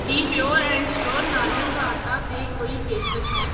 Ki pure and sure ਨਾਰੀਅਲ ਦਾ ਆਟਾ 'ਤੇ ਕੋਈ ਪੇਸ਼ਕਸ਼ ਹੈ